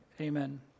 Amen